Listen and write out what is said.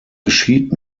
geschieht